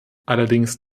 allerdings